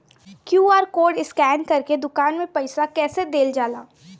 QR code scan करके दुकान में पईसा कइसे देल जाला?